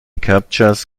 captchas